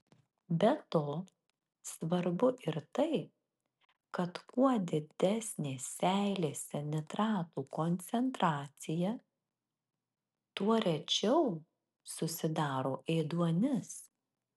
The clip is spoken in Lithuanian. be to svarbu ir tai kad kuo didesnė seilėse nitratų koncentracija tuo rečiau susidaro ėduonis